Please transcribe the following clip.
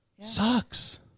Sucks